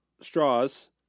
straws